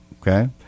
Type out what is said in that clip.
Okay